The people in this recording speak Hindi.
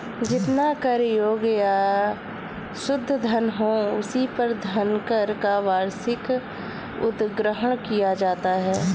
जितना कर योग्य या शुद्ध धन हो, उसी पर धनकर का वार्षिक उद्ग्रहण किया जाता है